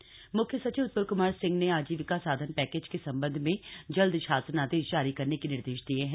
आजीविका साधन मुख्य सचिव उत्पल क्मार सिंह ने आजीविका साधन पैकेज के संबंध में जल्द शासनादेश जारी करने के निर्देश दिए है